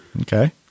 Okay